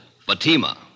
Fatima